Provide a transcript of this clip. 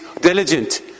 diligent